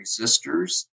resistors